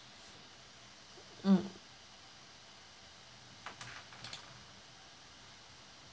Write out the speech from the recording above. mm